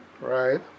Right